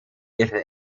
ihre